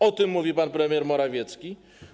O tym mówi pan premier Morawiecki?